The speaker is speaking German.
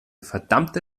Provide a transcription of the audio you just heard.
verdammte